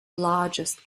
largest